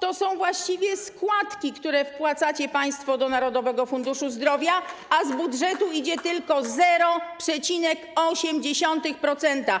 to są właściwie składki, które wpłacacie państwo do Narodowego Funduszu Zdrowia, a z budżetu idzie tylko 0,8%.